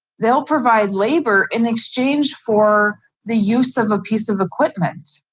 they'll provide labor in exchange for the use of a piece of equipment.